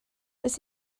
oes